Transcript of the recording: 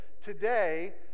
today